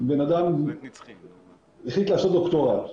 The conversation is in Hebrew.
אדם החליט לעשות דוקטורט,